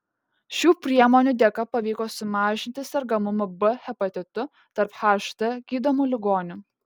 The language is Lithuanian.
šių priemonių dėka pavyko sumažinti sergamumą b hepatitu tarp hd gydomų ligonių